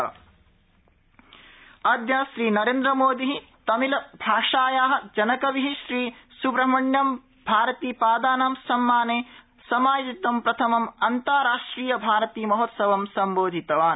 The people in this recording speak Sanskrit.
भारती महोत्सव अदय श्री नरेन्द्रमोदीः तमिलभाषायाः जनकविः श्री सुब्रह्मण्यम् भारतीपादानां सम्माने समायोजितम् प्रथमं अन्ताराष्ट्रियभारतीमहोत्सवं संबोधितवान्